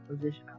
position